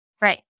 right